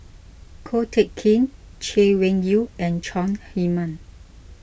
Ko Teck Kin Chay Weng Yew and Chong Heman